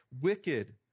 wicked